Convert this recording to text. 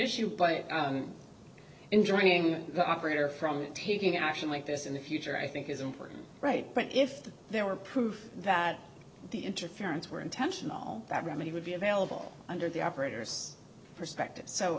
issue but enjoying the operator from taking action like this in the future i think is important right but if there were proof that the interference were intentional that grammy would be available under the operator's perspective so